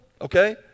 Okay